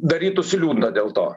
darytųsi liūdna dėl to